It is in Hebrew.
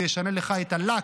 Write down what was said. זה ישנה לך את ה-luck.